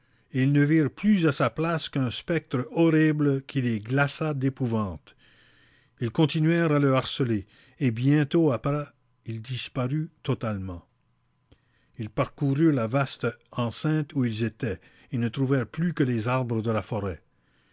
ils ne virent plus à sa place qu'un spectre horrible qui les glaça d'épouvante ils continuèrent à le harceler et bientôt après il disparut totalement ils parcoururent la vaste enceinte où ils étaient et ne trouvèrent plus que les arbres de la forêt